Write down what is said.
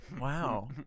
Wow